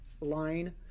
line